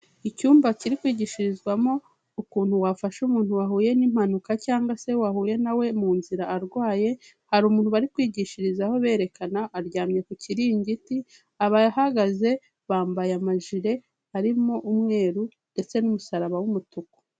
Icyumba kiri kwigishirizwamo ukuntu wafasha umuntu wahuye n'impanuka cyangwa se wahuye na we mu nzira arwaye, hari umuntu bari kwigishirizaho berekana, aryamye ku kiringiti, abahagaze bambaye amajire arimo umweru ndetse n'umusaraba w'umutuku.